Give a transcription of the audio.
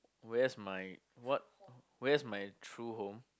where's my what where's my true home